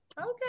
okay